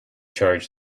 charge